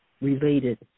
related